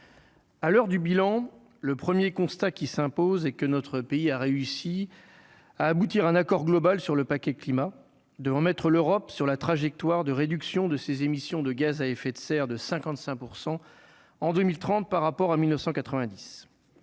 à l'heure du bilan le 1er constat qui s'impose et que notre pays a réussi à aboutir à un accord global sur le paquet climat de remettre l'Europe sur la trajectoire de réduction de ses émissions de gaz à effet de serre de 55 % en 2030, par rapport à 1990